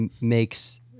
makes